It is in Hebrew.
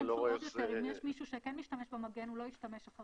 אני לא רואה איך זה --- כי הוא יודע שאנשים לא ישתמשו עוד יותר.